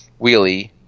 Wheelie